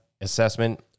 assessment